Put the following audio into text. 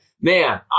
Man